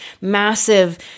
massive